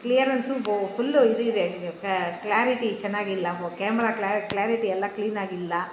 clearance full ಇದಿದೆ clarity ಚೆನಾಗಿಲ್ಲ camera clarity ಎಲ್ಲ ಕ್ಲೀನಾಗಿಲ್ಲ